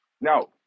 now